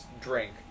drink